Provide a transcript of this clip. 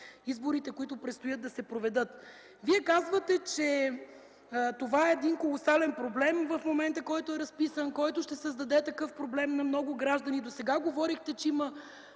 изборите, които предстоят да се проведат. Вие казвате, че в момента това е колосален проблем, който е разписан, който ще създаде такъв проблем на много граждани. Досега говорихте, че има